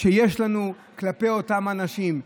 שיש לנו כלפי אותם אנשים?